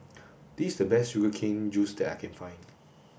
this the best sugar cane juice that I can find